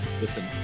Listen